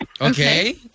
Okay